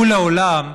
הוא לעולם,